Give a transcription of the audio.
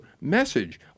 message